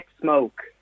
smoke